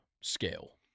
scale